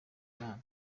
imana